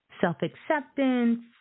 Self-acceptance